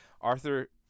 Arthur